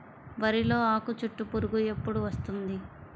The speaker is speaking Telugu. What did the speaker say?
వరిలో ఆకుచుట్టు పురుగు ఎప్పుడు వస్తుంది?